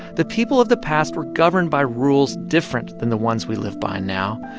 the people of the past were governed by rules different than the ones we live by now,